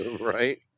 Right